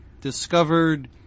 discovered